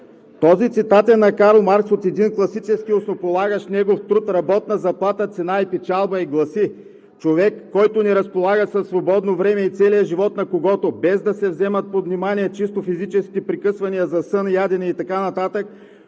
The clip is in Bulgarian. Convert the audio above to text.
Този цитат е на Карл Маркс от негов класически основополагащ труд: „Работна заплата, цена и печалба“ и гласи: „Човек, който не разполага със свободно време и целият живот на когото – без да се взема под внимание чисто физическите прекъсвания за сън, ядене и така нататък